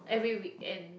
every weekend